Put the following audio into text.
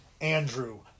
Andrew